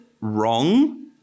wrong